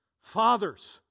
Fathers